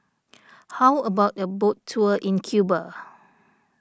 how about a boat tour in Cuba